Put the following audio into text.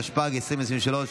התשפ"ג 2023,